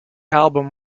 album